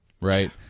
right